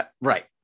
Right